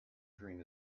dream